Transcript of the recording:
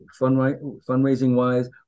fundraising-wise